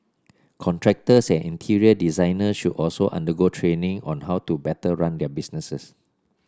contractors and interior designers should also undergo training on how to better run their businesses